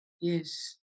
Yes